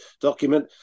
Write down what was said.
document